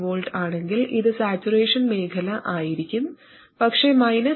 5V ആണെങ്കിൽ ഇത് saturation മേഖലയിലായിരിക്കും പക്ഷേ 1